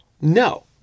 No